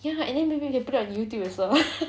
ya and then maybe we can put it on youtube as well